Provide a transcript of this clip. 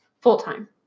full-time